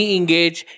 Engage